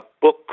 book